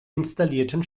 installierten